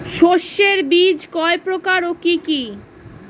শস্যের বীজ কয় প্রকার ও কি কি?